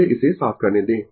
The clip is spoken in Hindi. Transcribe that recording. मुझे इसे साफ करने दें